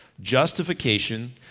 Justification